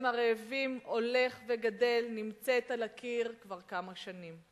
הרעבים הולך וגדל נמצאת על הקיר כבר כמה שנים.